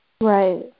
Right